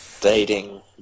dating